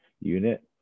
unit